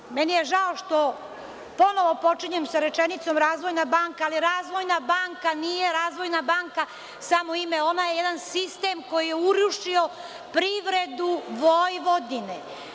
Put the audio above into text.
Naime, meni je žao što ponovo počinjem sa rečenicom Razvojna banka, ali Razvojna banka nije Razvojna banka samo ime, ona je jedan sistem koji je urušio privredu Vojvodine.